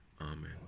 Amen